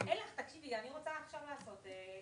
ואני אומר לכם: אני עדיין נמצא בעמדה שכל עוד לא הצגתם אחרת